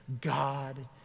God